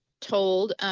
told